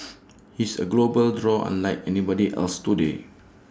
he's A global draw unlike anybody else today